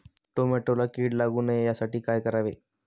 टोमॅटोला कीड लागू नये यासाठी काय करावे?